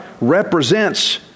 represents